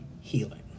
healing